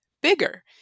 bigger